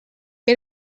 que